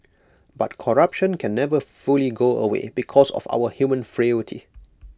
but corruption can never fully go away because of our human frailty